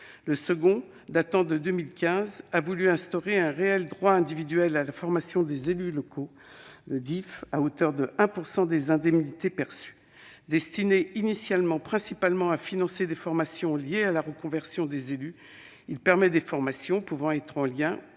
dispositif, datant de 2015, a instauré un réel droit individuel à la formation des élus locaux, à hauteur de 1 % des indemnités perçues. Destiné initialement principalement à financer des formations liées à la reconversion des élus, il permet des formations en lien, ou pas,